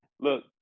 Look